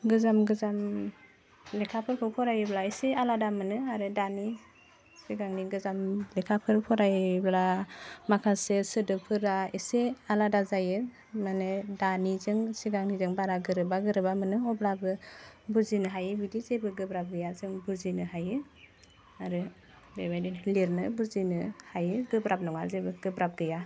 गोजाम गोजाम लेखाफोरखौ फरायोब्ला एसे आलादा मोनो आरो दानि सिगांनि गोजाम लेखाफोर फरायब्ला माखासे सोदोबफोरा एसे आलादा जायो माने दानिजों सिगांनिजों बारा गोरोबा गोरोबा मोनो अब्लाबो बुजिनो हायो बिदि जेबो गोब्राब गैया जों बुजिनो हायो आरो बेबायदि लिरनो बुजिनो हायो गोब्राब नङा जेबो गोब्राब गैया